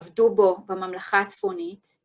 עבדו בו בממלכה הצפונית.